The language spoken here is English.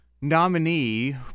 nominee